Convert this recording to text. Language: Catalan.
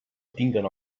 tinguen